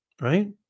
right